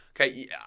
okay